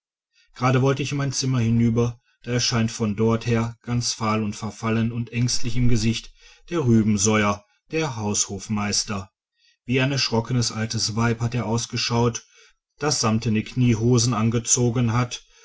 gerade wollte ich in mein zimmer hinüber da erscheint von dort her ganz fahl und verfallen und ängstlich im gesicht der rubesoier der haushofmeister wie ein erschrockenes altes weib hat er ausgeschaut das samtene kniehosen angezogen hat